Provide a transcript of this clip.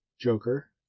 Joker